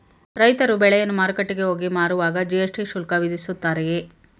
ರೈತರು ಬೆಳೆಯನ್ನು ಮಾರುಕಟ್ಟೆಗೆ ಹೋಗಿ ಮಾರುವಾಗ ಜಿ.ಎಸ್.ಟಿ ಶುಲ್ಕ ವಿಧಿಸುತ್ತಾರೆಯೇ?